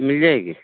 مل جائے گی